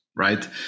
right